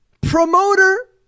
promoter